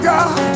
God